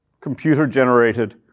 computer-generated